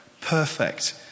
perfect